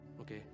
okay